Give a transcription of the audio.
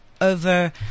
over –